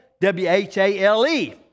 W-H-A-L-E